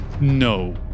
no